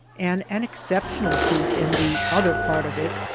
and an exceptional truth in the other part of it.